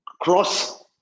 cross